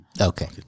okay